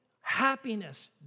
happiness